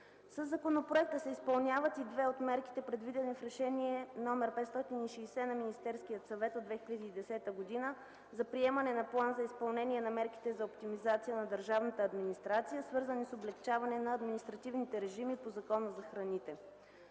Със законопроекта се изпълняват и две от мерките, предвидени в Решение № 560 на Министерския съвет от 2010 г. за приемане на План за изпълнение на мерките за оптимизация на държавната администрация, свързани с облекчаване на административните режими по Закона за храните.